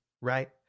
right